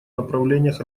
направлениях